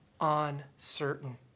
uncertain